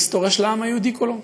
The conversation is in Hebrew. ההיסטוריה של העם היהודי כולו.